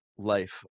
Life